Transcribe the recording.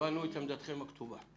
קיבלנו את עמדתכם הכתובה.